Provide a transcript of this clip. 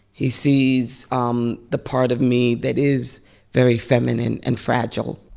he sees um the part of me that is very feminine and fragile.